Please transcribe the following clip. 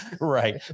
Right